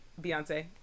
Beyonce